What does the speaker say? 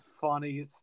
funny